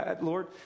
Lord